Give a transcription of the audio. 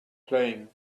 playing